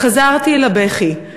חזרתי אל הבכי.